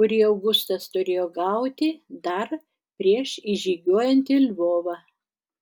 kurį augustas turėjo gauti dar prieš įžygiuojant į lvovą